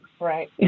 Right